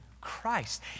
christ